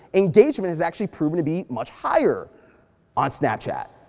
engagement is actually proven to be much higher on snapchat.